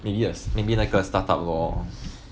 maybe a maybe like a startup lor